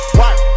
work